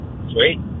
Sweet